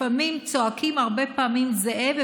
לפעמים צועקים הרבה פעמים "זאב",